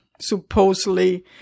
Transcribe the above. supposedly